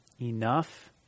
Enough